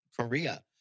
Korea